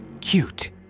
Cute